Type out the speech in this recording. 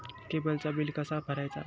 केबलचा बिल कसा भरायचा?